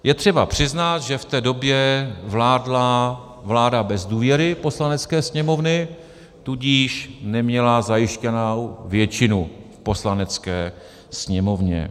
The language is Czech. Je třeba přiznat, že v té době vládla vláda bez důvěry Poslanecké sněmovny, tudíž neměla zajištěnou většinu v Poslanecké sněmovně.